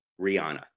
Rihanna